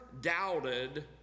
doubted